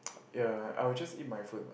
ya I will just eat my food